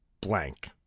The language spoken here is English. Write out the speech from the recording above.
blank